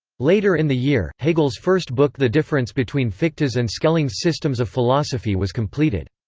later in the year, hegel's first book the difference between fichte's and schelling's systems of philosophy was completed.